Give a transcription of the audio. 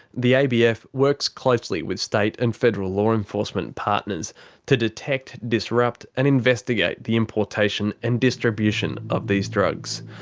the abf works closely with state and federal law enforcement partners to detect, disrupt and investigate the importation and distribution of these drugs.